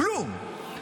כלום.